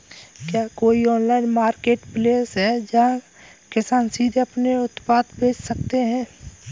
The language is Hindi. क्या कोई ऑनलाइन मार्केटप्लेस है जहाँ किसान सीधे अपने उत्पाद बेच सकते हैं?